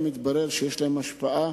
מתברר שלאנשים האלה יש השפעה,